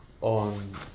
on